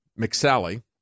McSally